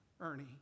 Ernie